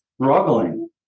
struggling